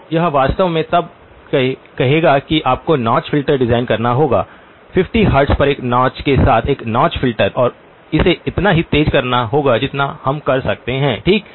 तो यह वास्तव में तब कहेगा कि आपको नौच फिल्टर डिजाइन करना होगा 50 हर्ट्ज पर एक नौच के साथ एक नौच फिल्टर और इसे उतना ही तेज करना होगा जितना हम कर सकते हैं ठीक